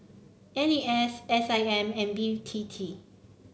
N A S S I M and B T T